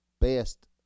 best